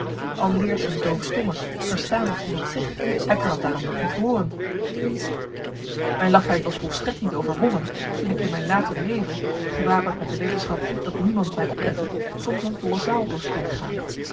al leert een doofstomme verstaan wat iemand zegt hij kan t daarom nog niet hooren mijn lafheid was volstrekt niet overwonnen toen ik in mijn later leven gewapend met de wetenschap dat niemand mij oplette soms een volle zaal dorst binnengaan